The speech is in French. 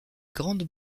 grande